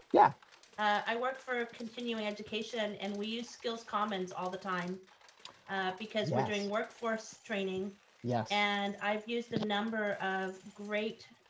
yeah i work for continuing education. and we use skills common all the time because we're doing workforce training yeah and i've used a number of great